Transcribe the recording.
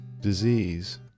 disease